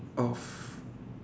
of